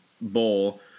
bowl